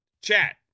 Chat